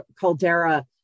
Caldera